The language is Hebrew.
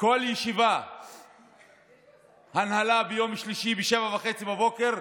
וכל ישיבת הנהלה, ביום שלישי בשעה 07:30,